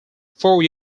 four